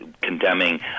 condemning